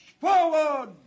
forward